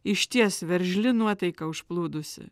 išties veržli nuotaika užplūdusi